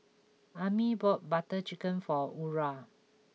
Ami bought Butter Chicken for Aura